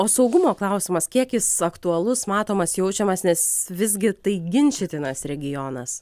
o saugumo klausimas kiek jis aktualus matomas jaučiamas nes visgi tai ginčytinas regionas